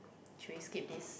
should we skip this